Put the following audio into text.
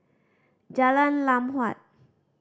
Jalan Lam Huat